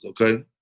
okay